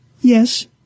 Yes